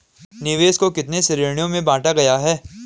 निवेश को कितने श्रेणियों में बांटा गया है?